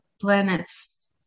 planet's